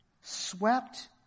Swept